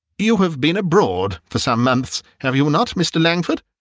you have been abroad for some months, have you not, mr. langford?